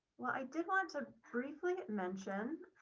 well, i did want to briefly mention